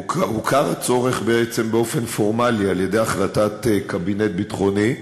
הוכר הצורך בעצם באופן פורמלי על-ידי החלטת קבינט ביטחוני,